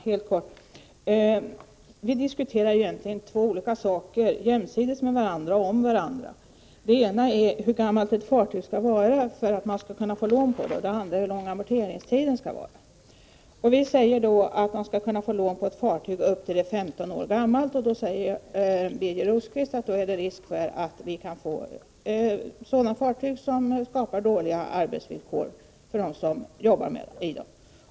Herr talman! Vi diskuterar egentligen två olika saker, jämsides med och om varandra. Det är dels hur gammalt ett fartyg skall vara för att man skall få lån på det, dels hur lång amorteringstiden skall vara. Vi säger att man skall få lån på ett fartyg som är upp till 15 år gammalt. Birger Rosqvist säger att det då ärrisk för att vi får sådana fartyg som skapar dåliga arbetsvillkor för dem som arbetar på dem.